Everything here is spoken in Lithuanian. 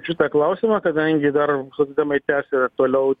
šitą klausimą kadangi dar socdemai tęsia toliau